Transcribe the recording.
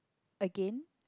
again